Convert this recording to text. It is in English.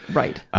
right.